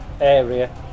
area